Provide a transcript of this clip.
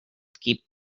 keep